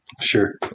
Sure